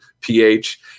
pH